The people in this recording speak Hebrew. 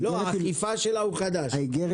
האכיפה שלה היא חדשה.